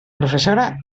professora